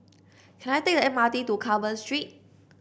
can I take the M R T to Carmen Street